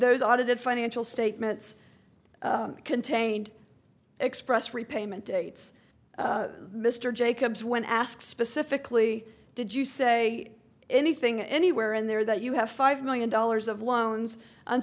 those audited financial statements contained express repayment dates mr jacobs when asked specifically did you say anything anywhere in there that you have five million dollars of loans